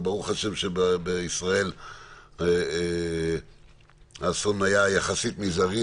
וברוך השם שבישראל האסון היה יחסית מזערי,